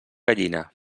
gallina